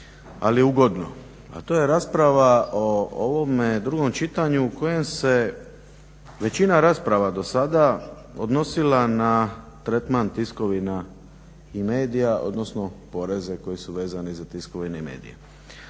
ali ugodno, a to je rasprava o ovome drugom čitanju u kojem se većina rasprava do sada odnosila na tretman tiskovina i medija odnosno poreze koji su vezani za tiskovine i medije.